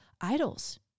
idols